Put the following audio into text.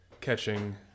catching